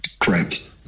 Correct